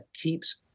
keeps